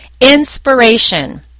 inspiration